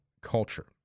culture